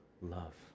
love